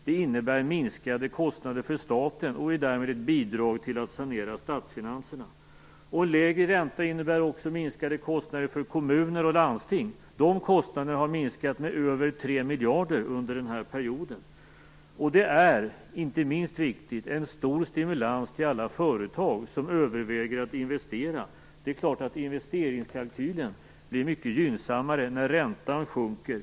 Detta innebär också minskade kostnader för staten och är därmed ett bidrag till saneringen av statsfinanserna. Lägre ränta innebär också minskade kostnader för kommuner och landsting. Deras kostnader har minskat med över 3 miljarder under den här perioden. Det här är, och detta är inte minst viktigt, även en stor stimulans för alla företag som överväger att investera. Det är klart att investeringskalkylen blir mycket gynnsammare när räntan sjunker.